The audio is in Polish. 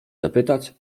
zapytać